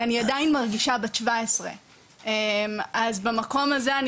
אני עדיין מרגישה בת 17. אז במקום הזה אני